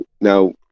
now